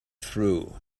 through